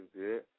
good